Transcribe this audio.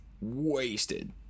wasted